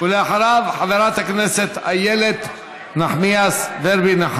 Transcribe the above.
ואחריו חברת הכנסת איילת נחמיאס ורבין.